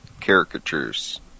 caricatures